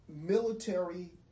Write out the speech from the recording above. Military